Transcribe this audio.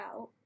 out